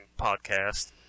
podcast